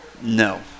No